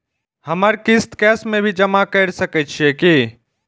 हमर किस्त कैश में भी जमा कैर सकै छीयै की?